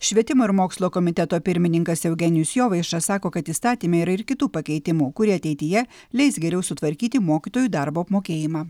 švietimo ir mokslo komiteto pirmininkas eugenijus jovaiša sako kad įstatyme yra ir kitų pakeitimų kurie ateityje leis geriau sutvarkyti mokytojų darbo apmokėjimą